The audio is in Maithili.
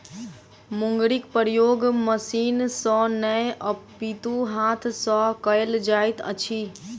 मुंगरीक प्रयोग मशीन सॅ नै अपितु हाथ सॅ कयल जाइत अछि